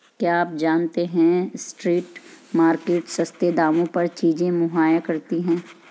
क्या आप जानते है स्ट्रीट मार्केट्स सस्ते दामों पर चीजें मुहैया कराती हैं?